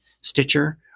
Stitcher